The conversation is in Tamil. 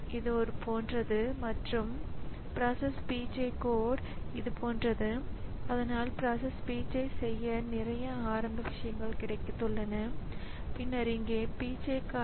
எனவே இந்த செயலாக்கம் முடிந்ததும் டிஸ்க் கன்ட்ரோலர்கள் பரிமாற்றத்தை செய்து முடித்த பிறகு ஸிபியுவிற்கு பரிமாற்றம் முடிந்துவிட்டது என்று கூறலாம்